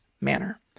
manner